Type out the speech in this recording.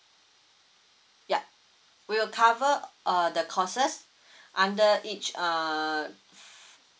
yup we'll cover uh the courses under each uh